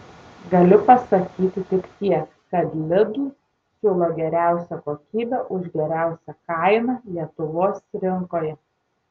galiu pasakyti tik tiek kad lidl siūlo geriausią kokybę už geriausią kainą lietuvos rinkoje